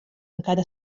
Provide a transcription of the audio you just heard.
encara